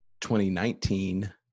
2019